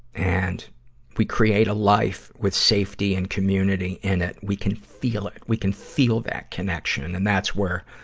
and we create a life with safety and community in it, we can feel it. we can feel that connection, and that's where,